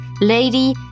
lady